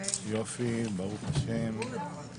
הישיבה ננעלה בשעה 09:53.